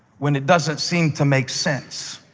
when it doesn't seem to make sense,